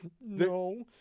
No